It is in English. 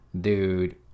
Dude